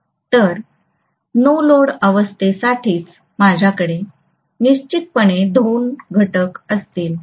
तर no load अवस्थेसाठीच माझ्याकडे निश्चितपणे दोन घटक असतील